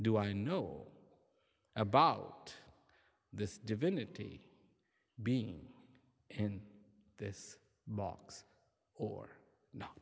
do i know about this divinity being in this box or no